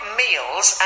meals